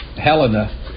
Helena